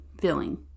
feeling